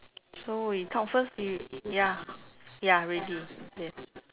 so we talk first we ya ya ready yes